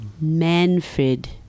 Manfred